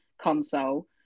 console